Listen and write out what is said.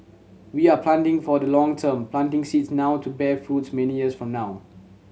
we are planting for the long term planting seeds now to bear fruits many years from now